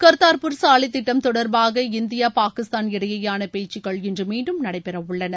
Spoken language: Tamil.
கர்த்தாப்பூர் சாலை திட்டம் தொடர்பாக இந்தியா பாகிஸ்தான் இடையேயான பேச்சுக்கள் இன்று மீண்டும் நடைபெறவுள்ளன